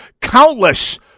countless